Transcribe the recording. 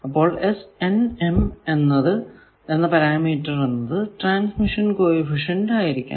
അപ്പോൾ എന്ന പാരാമീറ്റർ എന്നത് ട്രാൻസ്മിഷൻ കോ എഫിഷ്യന്റ് ആയിരിക്കണം